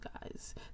guys